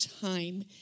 time